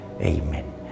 Amen